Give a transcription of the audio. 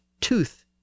tooth